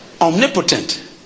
Omnipotent